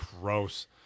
gross